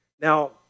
Now